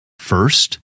First